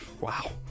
Wow